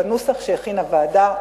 בנוסח שהכינה הוועדה.